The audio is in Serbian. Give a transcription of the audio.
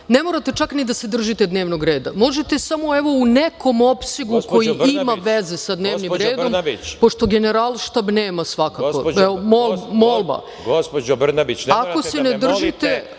Ne morate čak ni da se držite dnevnog reda, možete samo, evo u nekom opsegu koji ima veze sa dnevnim redom, pošto Generalštab nema svakako. Molba. Ako se ne držite,